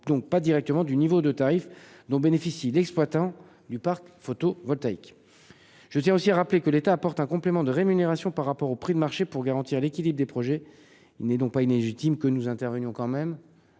dépend pas directement du niveau du tarif dont bénéficie l'exploitant du parc photovoltaïque. Je tiens aussi à rappeler que l'État apporte un complément de rémunération par rapport au prix de marché pour garantir l'équilibre des projets. Il n'est donc pas illégitime que nous intervenions dans les